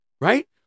right